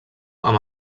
amb